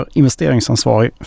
investeringsansvarig